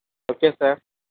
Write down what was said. okay sir